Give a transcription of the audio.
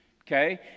Okay